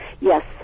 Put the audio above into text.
Yes